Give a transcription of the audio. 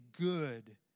good